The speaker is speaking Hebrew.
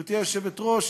גברתי היושבת-ראש,